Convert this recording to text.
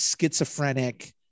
schizophrenic